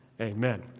Amen